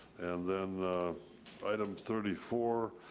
and then item thirty four,